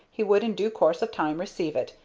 he would in due course of time receive it,